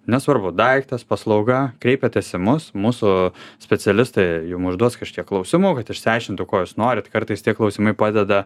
nesvarbu daiktas paslauga kreipiatės į mus mūsų specialistai jum užduos kažkiek klausimų kad išsiaiškintų ko jūs norit kartais tie klausimai padeda